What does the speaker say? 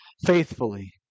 faithfully